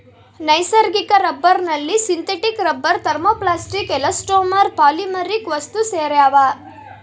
ನೈಸರ್ಗಿಕ ರಬ್ಬರ್ನಲ್ಲಿ synthetic rubber thermoplastic elastomer polymeric ವಸ್ತುಸೇರ್ಯಾವ